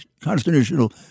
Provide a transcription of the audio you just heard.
Constitutional